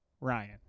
Ryan